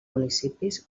municipis